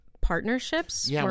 partnerships